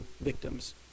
victims